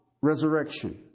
resurrection